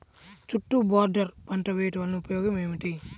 చుట్టూ బోర్డర్ పంట వేయుట వలన ఉపయోగం ఏమిటి?